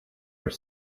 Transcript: are